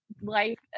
life